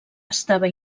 estava